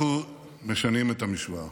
אנחנו משנים את המשוואה